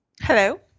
Hello